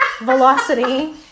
velocity